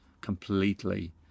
completely